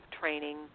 training